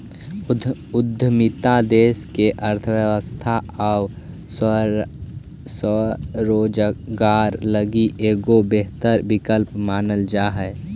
उद्यमिता देश के अर्थव्यवस्था आउ स्वरोजगार लगी एगो बेहतर विकल्प मानल जा हई